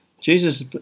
Jesus